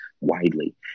widely